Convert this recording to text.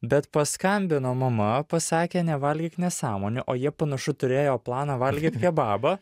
bet paskambino mama pasakė nevalgyk nesąmonių o jie panašu turėjo planą valgyt kebabą